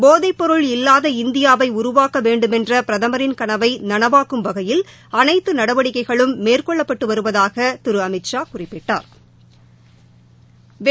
போதைப்பொருள் இல்லாத இந்தியாவைஉருவாக்கவேண்டுமென்றபிரதமின் களவைநளவாக்கும் வகையில் அனைத்துநடவடிக்கைகளும் மேற்கொள்ளப்பட்டுவருவதாகதிரு அமித்ஷா குறிப்பிட்டாா்